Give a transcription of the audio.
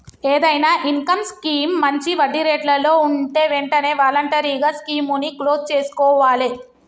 ఏదైనా income scheme మంచి వడ్డీరేట్లలో వుంటే వెంటనే వాలంటరీగా స్కీముని క్లోజ్ చేసుకోవాలే